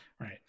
Right